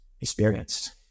experienced